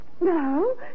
No